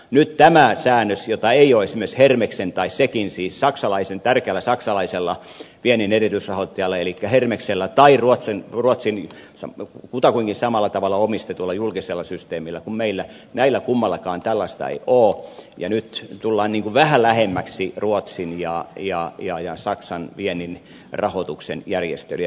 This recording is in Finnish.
nyt tämä säännös jota ei ole esimerkiksi hermeksellä tai sekillä siis tärkeällä saksalaisella viennin erityisrahoittajalla elikkä hermeksellä tai ruotsin kutakuinkin samalla tavalla omistetulla julkisella systeemillä kuin meillä näillä kummallakaan tällaista ei ole ja nyt tullaan niin kuin vähän lähemmäksi ruotsin ja saksan viennin rahoituksen järjestelyjä